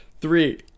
Three